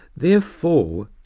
therefore,